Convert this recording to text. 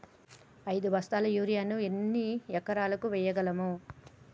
ఐదు బస్తాల యూరియా ను ఎన్ని ఎకరాలకు వేయగలము?